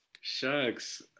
shucks